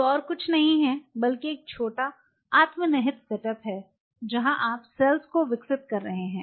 जो और कुछ नहीं है बल्कि एक छोटा आत्म निहित सेटअप है जहां आप सेल्स को विकसित कर रहे हैं